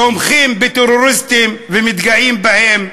אתם תומכים בטרוריסטים ומתגאים בהם.